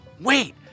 Wait